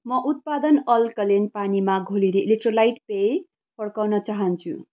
म उत्पादन अल्कलेन पानीमा घोलिने इलेक्ट्रोलाइट पेय फर्काउन चाहन्छु